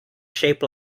shaped